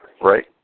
Right